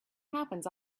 happens